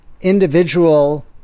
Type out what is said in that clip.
individual